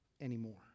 anymore